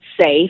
safe